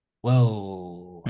Whoa